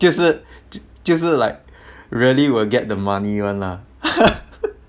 就是就是 like really will get the money [one] lah